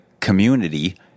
community